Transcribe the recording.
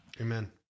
Amen